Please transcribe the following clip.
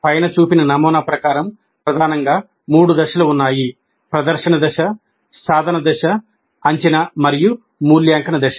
పైన చూపిన నమూనా ప్రకారం ప్రధానంగా మూడు దశలు ఉన్నాయి ప్రదర్శన దశ సాధన దశ అంచనా మరియు మూల్యాంకన దశ